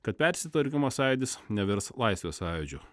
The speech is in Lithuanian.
kad persitvarkymo sąjūdis nevirs laisvės sąjūdžiu